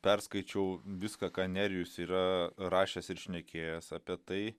perskaičiau viską ką nerijus yra rašęs ir šnekėjęs apie tai